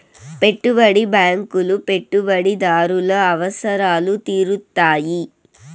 పెట్టుబడి బ్యాంకులు పెట్టుబడిదారుల అవసరాలు తీరుత్తాయి